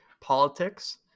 politics